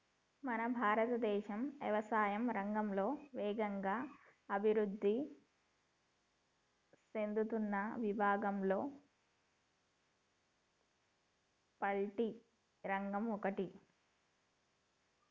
మన భారతదేశం యవసాయా రంగంలో వేగంగా అభివృద్ధి సేందుతున్న విభాగంలో పౌల్ట్రి రంగం ఒకటి